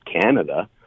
Canada